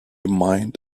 mined